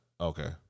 Okay